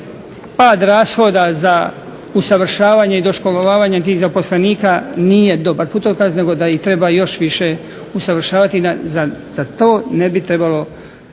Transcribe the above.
pad rashoda za usavršavanje i doškolovanje tih zaposlenika nije dobar putokaz nego da ih treba još više usavršavati. Najzad, za to ne bi trebalo